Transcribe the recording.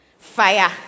fire